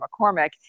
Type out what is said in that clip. McCormick